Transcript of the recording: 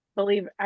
believe